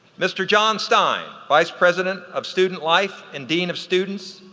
mr. john stein, vice president of student life and dean of students,